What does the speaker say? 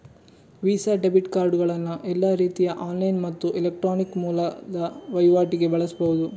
visa debit ಕಾರ್ಡುಗಳನ್ನ ಎಲ್ಲಾ ರೀತಿಯ ಆನ್ಲೈನ್ ಮತ್ತು ಎಲೆಕ್ಟ್ರಾನಿಕ್ ಮೂಲದ ವೈವಾಟಿಗೆ ಬಳಸ್ಬಹುದು